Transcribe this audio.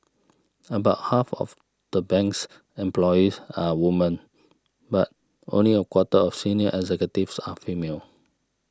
about half of the bank's employees are women but only a quarter of senior executives are female